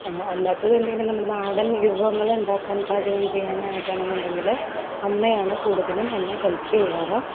അല്ലാത്തത് ഏതെങ്കിലും നമ്മള് നാടൻ വിഭവങ്ങളുണ്ടാക്കാൻ പാചകം ചെയ്യാനായിട്ടാണെന്നുണ്ടെങ്കില് അമ്മയാണ് കൂടുതലും എന്നെ ഹെൽപ്പ് ചെയ്യാറ്